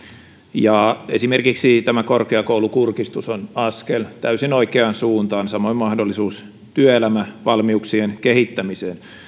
ja esimerkiksi tämä korkeakoulukurkistus on askel täysin oikeaan suuntaan samoin mahdollisuus työelämävalmiuksien kehittämiseen